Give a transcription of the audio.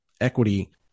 equity